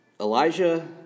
Elijah